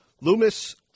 Loomis